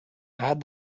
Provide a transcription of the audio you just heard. add